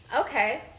Okay